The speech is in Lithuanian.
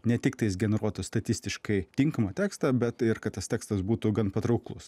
netiktais generuotų statistiškai tinkamą tekstą bet ir kad tas tekstas būtų gan patrauklus